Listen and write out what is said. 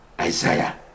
Isaiah